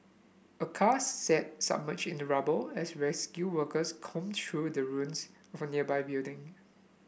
a car sat submerged in the rubble as rescue workers combed through the ruins of a nearby building